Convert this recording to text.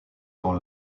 dans